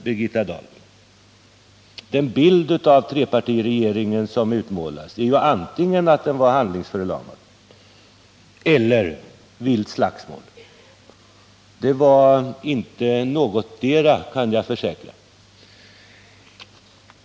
De bilder som målas av trepartiregeringen är antingen att den var handlingsförlamad eller att det förekom vilt slagsmål. Ingendera bilden stämmer, det kan jag försäkra.